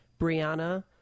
Brianna